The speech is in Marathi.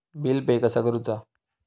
बिल पे कसा करुचा?